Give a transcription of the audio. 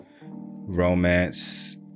romance